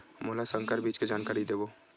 मोला संकर बीज के जानकारी देवो?